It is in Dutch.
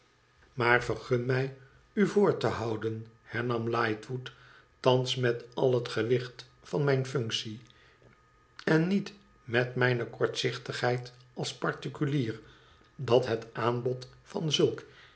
maar vergun mij u voor te houden hernam lightwood thans met al het gewicht van mijne functie en niet met mijne kortzichtigheid als particulier dat het aanbod van zulk